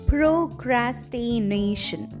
Procrastination